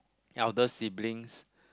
elder siblings